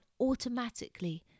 automatically